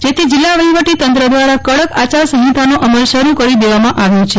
જેથી જિલ્લા વહીવટી તંત્ર દ્વારા કડક આચારસંહિતાનો અમલ શરૂ કરી દેવામાં આવ્યો છે